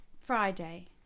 friday